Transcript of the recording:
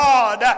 God